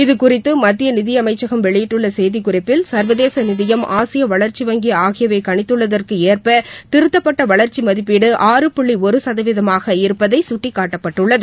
இதுகுறித்து மத்திய நிதியமைச்சகம் வெளியிட்டுள்ள செய்திக்குறிப்பில் சர்வதேச நிதியம் ஆசிய வளர்ச்சி வங்கி ஆகியவை கணித்துள்ளதற்கு ஏற்ப திருத்தப்பட்ட வளர்ச்சி மதிப்பீடு ஆறு புள்ளி ஒரு சதவீதமாக இருப்பதை சுட்டிக்காட்டப்பட்டுள்ளது